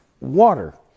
water